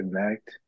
connect